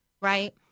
Right